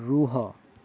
ରୁହ